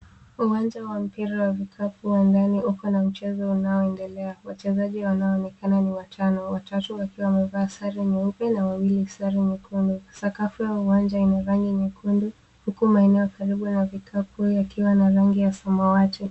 Uwanja wa mpira wa vikapu wa ndani uko na mchezo unaoendelea. Wachezaji wanaonekana ni watano watatu wakiwa wamevaa sare nyeupe na wawiili sare nyekundu. Sakafu ya uwanja ina rangi nyekundu. Huku maeneo karibu na vikapu yakiwa na rangi ya samawati.